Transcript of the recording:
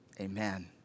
Amen